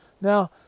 Now